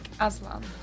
Aslan